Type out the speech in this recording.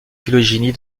phylogénie